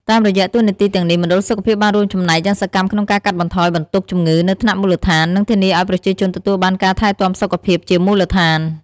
តាមរយៈតួនាទីទាំងនេះ មណ្ឌលសុខភាពបានរួមចំណែកយ៉ាងសកម្មក្នុងការកាត់បន្ថយបន្ទុកជំងឺនៅថ្នាក់មូលដ្ឋាន និងធានាឱ្យប្រជាជនទទួលបានការថែទាំសុខភាពជាមូលដ្ឋាន។